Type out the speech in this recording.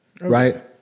right